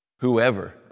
whoever